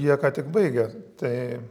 jie ką tik baigę tai